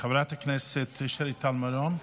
חברת הכנסת שלי טל מירון,